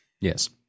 yes